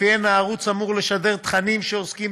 שלפיהן הערוץ אמור לשדר תכנים שעוסקים